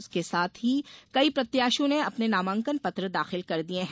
उसके साथ ही कई प्रत्याशियों ने अपने नामांकन पत्र दाखिल कर दिये हैं